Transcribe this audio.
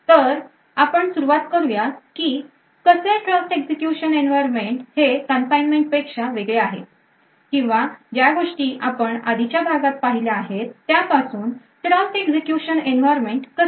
तर आपण सुरुवात करूयात की कसे trust execution environment हे confinement पेक्षा वेगळे आहे किंवा ज्या गोष्टी आपण आधीच्या भागात पहिल्या आहेत त्यापासून trust execution environment कसे वेगळे आहे